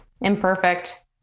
imperfect